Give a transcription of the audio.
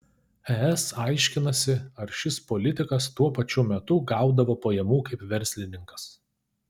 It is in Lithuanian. es aiškinasi ar šis politikas tuo pačiu metu gaudavo pajamų kaip verslininkas